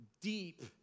deep